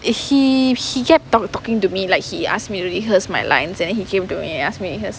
he he kept talk~ talking to me like he ask me to rehearse my lines and then he came to me and ask me